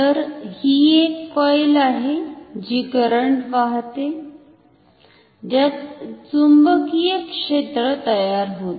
तर हि एक कॉईल आहे जी करंट वाहते ज्यात चुंबकीय क्षेत्र तयार होते